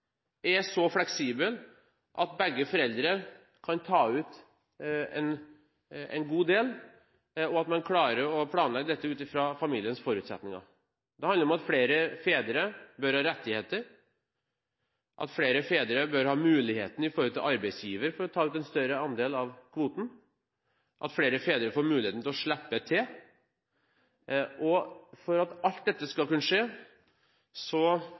er så fleksibel at begge foreldrene kan ta ut en god del, og at man klarer å planlegge dette ut fra familiens forutsetninger. Det handler om at flere fedre bør ha rettigheter, at flere fedre bør ha mulighetene overfor arbeidsgiver til å ta ut en større andel av kvoten, at flere fedre får muligheten til å slippe til. For at alt dette skal kunne skje,